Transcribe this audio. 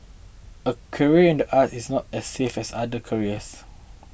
a career in the arts is not as safe as other careers